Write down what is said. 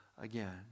again